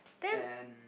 and